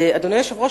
אדוני היושב-ראש,